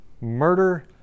murder